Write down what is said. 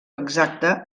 exacte